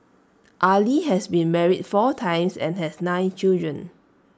Ali has been married four times and has nine children